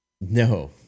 no